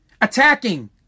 Attacking